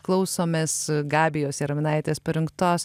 klausomės gabijos jaraminaitės parinktos